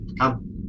Come